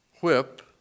whip